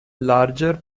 larger